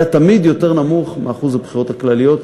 תמיד יותר נמוך מהשיעור בבחירות הכלליות,